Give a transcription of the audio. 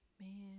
Man